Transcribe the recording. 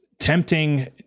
Tempting